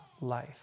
life